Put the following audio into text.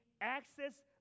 access